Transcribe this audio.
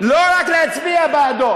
לא רק להצביע בעד.